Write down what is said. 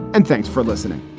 and thanks for listening